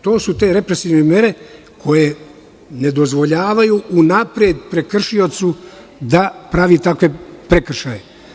To su te represivne mere, koje ne dozvoljavaju unapred prekršiocu da pravi takve prekršaje.